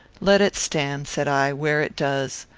let it stand, said i, where it does.